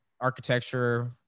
architecture